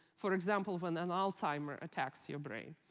for example, when and alzheimer's attacks your brain.